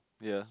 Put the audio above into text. ya